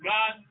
God